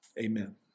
Amen